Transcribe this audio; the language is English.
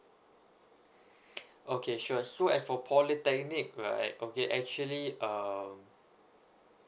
okay sure so as for polytechnic right okay actually um